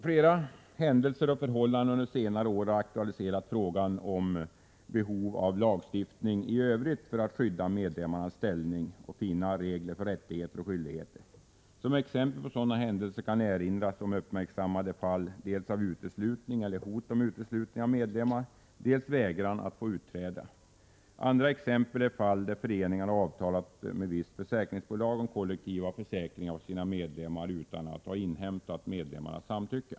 Flera händelser under senare år har aktualiserat frågan om behov av lagstiftning i övrigt för att skydda medlemmarnas ställning och för att fastställa regler och skyldigheter. Som exempel på sådana händelser kan erinras om uppmärksammade fall dels av uteslutning eller hot om uteslutning av medlemmar, dels av vägran om utträde. Andra exempel är fall där föreningar har avtalat med visst försäkringsbolag om kollektiva försäkringar för sina medlemmar utan att ha inhämtat medlemmarnas samtycke.